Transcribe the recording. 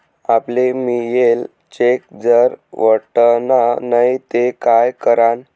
आपले मियेल चेक जर वटना नै ते काय करानं?